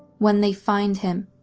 when they find him,